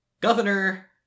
governor